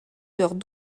heures